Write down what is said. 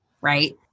right